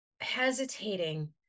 hesitating